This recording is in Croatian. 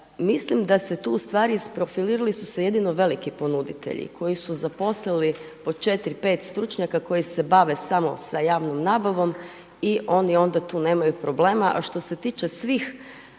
Mislim da se tu ustvari, isprofilirali su se jedino veliki ponuditelji koji su zaposlili po četiri, pet stručnjaka koji se bave samo s javnom nabavom i oni onda tu nemaju problema,